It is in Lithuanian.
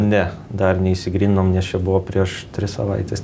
ne dar neišsigryninom nes čia buvo prieš tris savaites